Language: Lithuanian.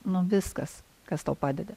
nu viskas kas tau padeda